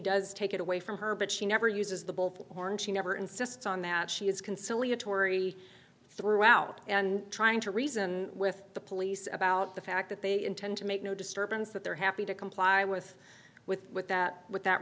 does take it away from her but she never uses the bull horn she never insists on that she is conciliatory throughout and trying to reason with the police about the fact that they intend to make no disturbance that they're happy to comply with with with that with that